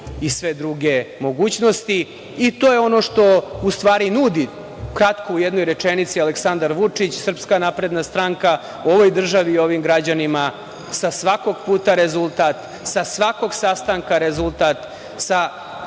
i sve druge mogućnosti. To je ono što u stvari nudi, kratko u jednoj rečenici, Aleksandar Vučić, SNS ovoj državi i ovim građanima. Sa svakog puta rezultat, sa svakog sastanka rezultat, sa